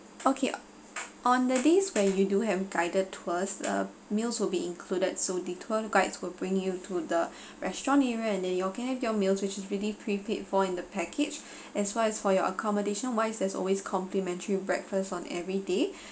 okay on the days where you do have guided tours uh meals will be included so the tour guides will bring you to the restaurant area and then you can have your meals which is really prepaid for in the package as far as for your accommodation wise there's always complimentary breakfast on everyday